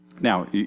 Now